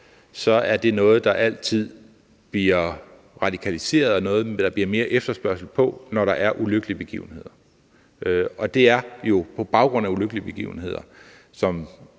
er det noget, der altid bliver radikaliseret, og noget, der bliver mere efterspørgsel på, når der er ulykkelige begivenheder. Og det er jo på baggrund af ulykkelige begivenheder, som